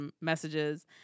messages